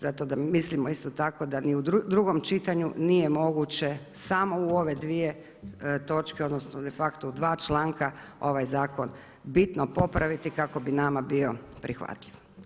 Zato mislimo isto tako da ni u drugom čitanju nije moguće samo u ove dvije točke, odnosno de facto u dva članka ovaj zakon bitno popraviti kako bi nama bio prihvatljiv.